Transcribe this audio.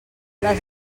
les